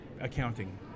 accounting